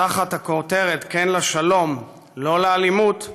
תחת הכותרת "כן לשלום, לא לאלימות"